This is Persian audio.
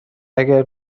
اگه